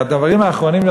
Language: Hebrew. והדברים האחרונים,